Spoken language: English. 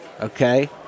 okay